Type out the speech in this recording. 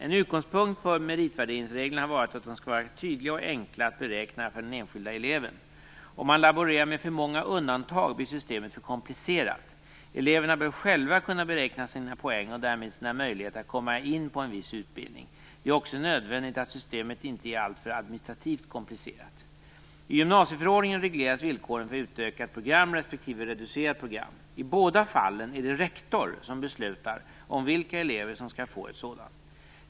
En utgångspunkt för meritvärderingsreglerna har varit att de skall vara tydliga och enkla att beräkna för den enskilda eleven. Om man laborerar med för många undantag blir systemet för komplicerat. Eleverna bör själva kunna beräkna sina poäng och därmed sina möjligheter att komma in på en viss utbildning. Det är också nödvändigt att systemet inte är alltför administrativt komplicerat. I gymnasieförordningen regleras villkoren för utökat program respektive reducerat program. I båda fallen är det rektor som beslutar om vilka elever som skall få ett sådant.